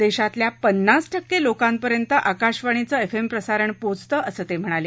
देशातल्या पन्नास टक्के लोकांपर्यंत आकाशवाणीचं एफ एम प्रसारण पोचतं असं ते म्हणाले